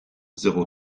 zéro